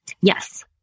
Yes